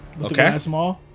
Okay